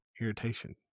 irritation